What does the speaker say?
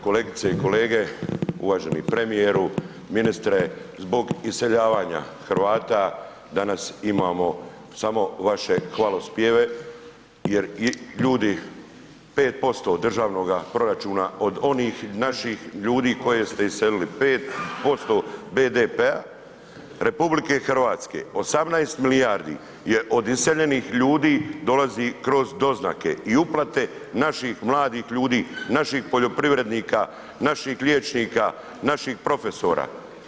Kolegice i kolege, uvaženi premijeru, ministre, zbog iseljavanja Hrvata danas imamo samo vaše hvalospjeve jer ljudi 5% državnoga proračuna od onih naših ljudi koje ste iselili, 5% BDP-a RH, 18 milijardi je od iseljenih ljudi dolazi kroz doznake i uplate naših mladih ljudi, naših poljoprivrednika, naših liječnika, naših profesora.